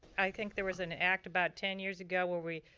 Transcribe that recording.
i think there was an act about ten years ago where we,